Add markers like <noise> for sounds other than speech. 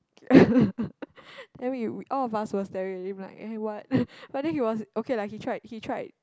<laughs> then we we all of us were staring at him like eh what but then he was okay lah he tried he tried